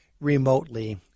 remotely